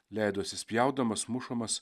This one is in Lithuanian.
leidosi spjaudamas mušamas